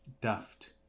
daft